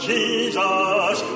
Jesus